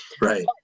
right